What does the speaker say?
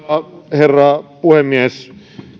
herra puhemies